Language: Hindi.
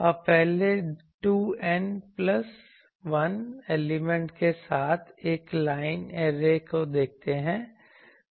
अब पहले 2N प्लस 1 एलिमेंट के साथ एक लाइन ऐरे को देखते हैं